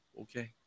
Okay